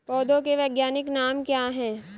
पौधों के वैज्ञानिक नाम क्या हैं?